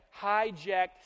hijacked